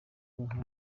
bahari